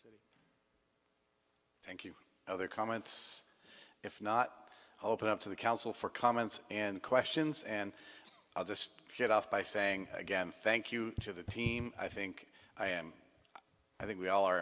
ank you other comments if not all perhaps to the council for comments and questions and i'll just get off by saying again thank you to the team i think i am i think we all are